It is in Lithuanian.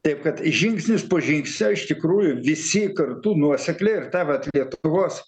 taip kad žingsnis po žingsnio iš tikrųjų visi kartu nuosekliai ir ta vat lietuvos